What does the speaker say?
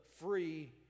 free